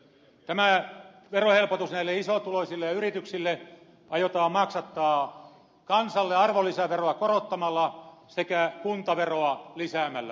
tämä verohelpotus näille isotuloisille ja yrityksille aiotaan maksattaa kansalle arvonlisäveroa korottamalla sekä kuntaveroa lisäämällä